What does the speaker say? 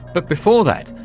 but before that,